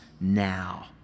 now